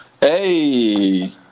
Hey